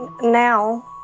Now